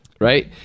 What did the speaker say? right